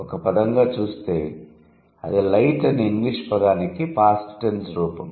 ఒక పదంగా చూస్తే అది లైట్ అనే ఇంగ్లీష్ పదానికి పాస్ట్ టెన్స్ రూపం